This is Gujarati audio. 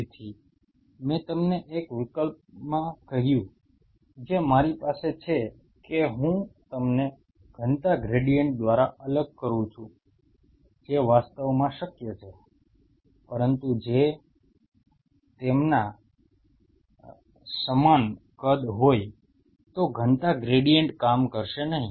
તેથી મેં તમને એક વિકલ્પ કહ્યું જે મારી પાસે છે કે હું તેમને ઘનતા ગ્રેડિયન્ટ દ્વારા અલગ કરું છું જે વાસ્તવમાં શક્ય છે પરંતુ જો તે સમાન કદના હોય તો ઘનતા ગ્રેડિયન્ટ કામ કરશે નહીં